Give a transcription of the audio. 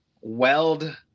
weld